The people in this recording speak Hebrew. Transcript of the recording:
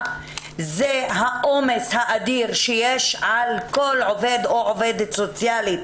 זה העומס האדיר שיש על כל עובד או עובדת סוציאלית